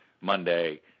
Monday